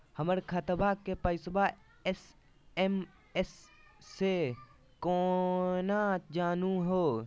हमर खतवा के पैसवा एस.एम.एस स केना जानहु हो?